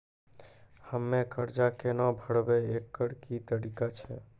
हम्मय कर्जा केना भरबै, एकरऽ की तरीका छै?